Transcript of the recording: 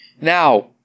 Now